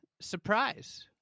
Surprise